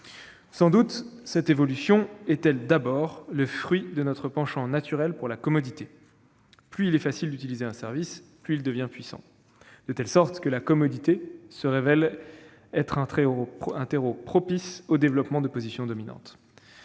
Sans doute cette évolution est-elle d'abord le fruit de notre penchant naturel pour la commodité : plus il est facile d'utiliser un service, plus celui-ci devient puissant, de telle sorte que la commodité se révèle être un terreau propice au développement de positions dominantes.